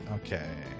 okay